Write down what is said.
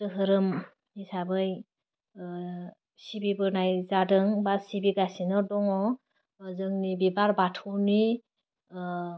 दोहोरोम हिसाबै ओह सिबिबोनाय जादों बा सिबिगासिनो दङ जोंनि बिबार बाथौनि ओह